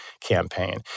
campaign